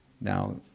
Now